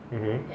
um hmm